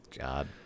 God